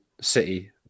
City